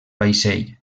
vaixell